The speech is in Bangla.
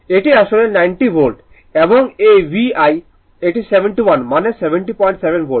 এটি আসলে 90 ভোল্ট এবং এই VI এটি 71 মানে 707 ভোল্ট